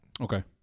Okay